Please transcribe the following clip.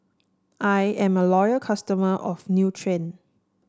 I am a loyal customer of Nutren